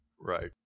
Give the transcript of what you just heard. Right